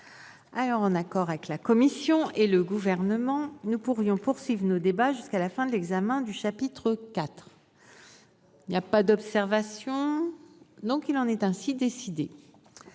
En accord avec la commission et le Gouvernement, je propose que nous poursuivions nos débats jusqu'à la fin de l'examen du chapitre IV. Il n'y a pas d'observation ?... Il en est ainsi décidé.